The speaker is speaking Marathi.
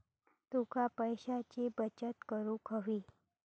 तुका पैशाची बचत करूक हवी